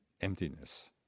emptiness